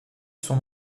sont